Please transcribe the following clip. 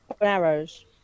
Arrows